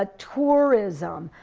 ah tourism.